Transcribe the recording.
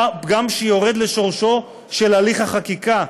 טעם שיורד לשורשו של הליך החקיקה.